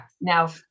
Now